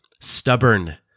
stubborn